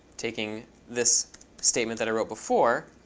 taking this statement that i wrote before,